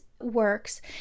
works